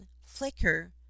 flicker